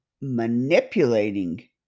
manipulating